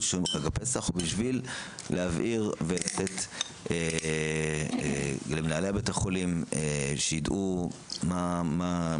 ששומרים על חג הפסח ובשביל להבהיר ולתת למנהלי בתי החולים שיידעו מבחינתם,